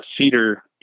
cedar